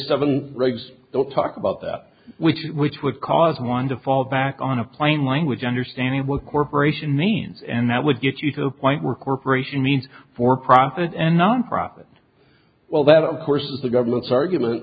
seven regs they'll talk about that which which would cause one to fall back on a plain language understanding what corporation means and that would get you to a point where corporation means for profit and nonprofit well that of course is the government's argument